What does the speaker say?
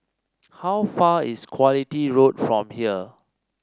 how far is Quality Road from here